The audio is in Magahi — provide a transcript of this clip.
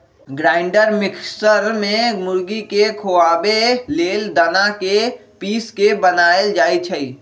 ग्राइंडर मिक्सर में मुर्गी के खियाबे लेल दना के पिस के बनाएल जाइ छइ